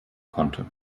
konnte